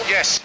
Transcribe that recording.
Yes